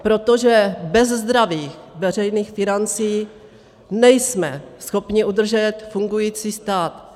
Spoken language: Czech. Protože bez zdravých veřejných financí nejsme schopni udržet fungující stát.